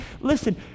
listen